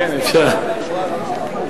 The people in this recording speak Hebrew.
כן, אפשר.